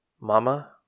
Mama